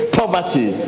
poverty